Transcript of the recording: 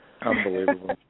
unbelievable